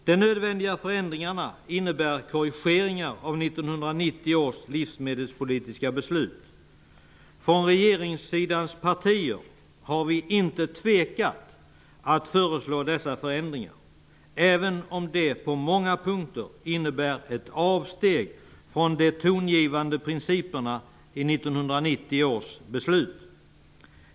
De nödvändiga förändringarna innebär korrigeringar av 1990 års livsmedelpolitiska beslut. Från regeringssidans partier har vi inte tvekat när det gäller att föreslå dessa förändringar, även om de på många punkter innebär ett avsteg från de tongivande principerna i 1990 års beslut.